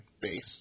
base